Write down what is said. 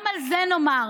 גם על זה נאמר: